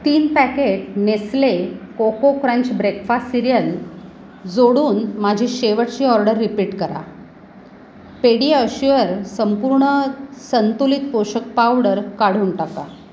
तीन packet Nestle coco crunch breakfast cereal जोडून माझी शेवटची ऑर्डर रिपीट करा पेडियाश्युअर संपूर्ण संतुलित पोषक पावडर काढून टाका